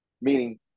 Meaning